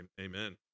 Amen